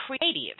creative